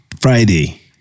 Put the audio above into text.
Friday